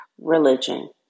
religion